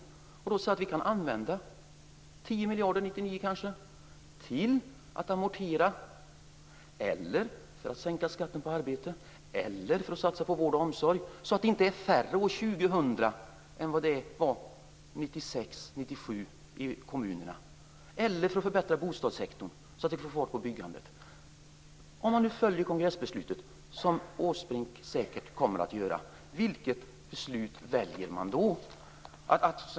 Därför säger jag att vi kanske kan använda 10 miljarder 1999 till att amortera, sänka skatten på arbete, satsa på vård och omsorg, så att det inte är färre sysselsatta i kommunerna år 2000 än vad det var 1996 och 1997, eller förbättra bostadssektorn så att vi får fart på byggandet. Om man nu följer kongressbeslutet - vilket Åsbrink säkert kommer att göra - vilket beslut väljer man då?